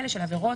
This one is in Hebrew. להבין משרד